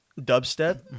Dubstep